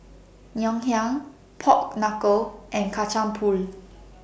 Ngoh Hiang Pork Knuckle and Kacang Pool